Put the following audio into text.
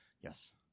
Yes